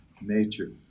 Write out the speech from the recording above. nature